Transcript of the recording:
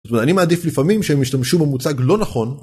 ואני מעדיף לפעמים שהם ישתמשו במוצג לא נכון